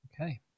Okay